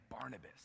Barnabas